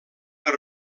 per